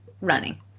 running